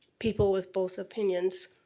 people with both opinions.